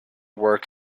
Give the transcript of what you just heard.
work